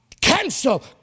Cancel